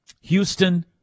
Houston